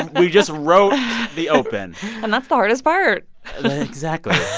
and we just wrote the open and that's the hardest part exactly.